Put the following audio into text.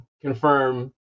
confirm